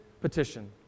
petition